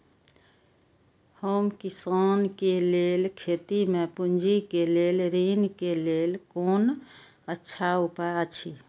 हम किसानके लेल खेती में पुंजी के लेल ऋण के लेल कोन अच्छा उपाय अछि?